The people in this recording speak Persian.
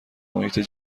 محیطی